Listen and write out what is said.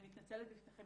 ואני מתנצלת בפניכם,